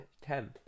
ten